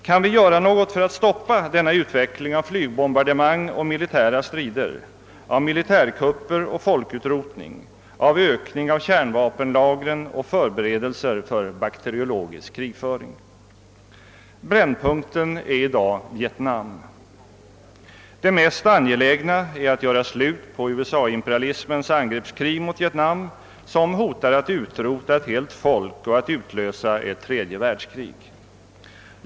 Kan vi göra något för att stoppa denna utveckling av flygbombardemang och militära strider, av militärkupper och folkutrotning, av ökning av kärnvapenlagren och förberedelser för bakteriologisk krigföring? Brännpunkten är i dag Vietnam. Det mest angelägna är att göra slut på USA-imperialismens angreppskrig mot Vietnam som hotar att utrota ett helt folk och att utlösa ett tredje världskrig.